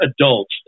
adults